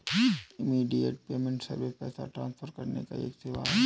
immediate payment service पैसा transfer करने का एक सेवा है